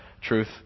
truth